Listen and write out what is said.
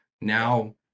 now